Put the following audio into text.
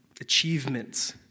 achievements